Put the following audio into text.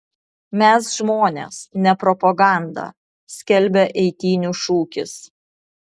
mes žmonės ne propaganda skelbia eitynių šūkis